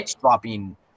dropping